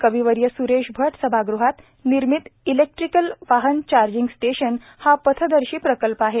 कविवर्य सुरेश भट सभागृहात निर्मित इलेक्ट्रिक वाहन चार्जींग स्टेशन हा पथदर्शी प्रकल्प आहे